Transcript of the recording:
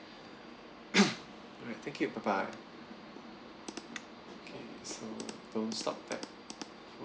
alright thank you bye bye okay so don't stop that